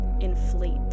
inflate